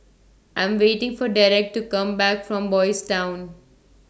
I Am waiting For Derek to Come Back from Boys' Town